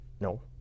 No